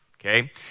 Okay